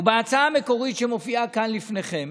ובהצעה המקורית שמופיעה כאן לפניכם